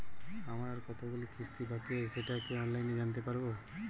আমার আর কতগুলি কিস্তি বাকী আছে সেটা কি অনলাইনে জানতে পারব?